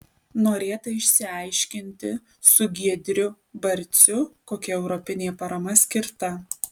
norėta išsiaiškinti su giedriu barciu kokia europinė parama skirta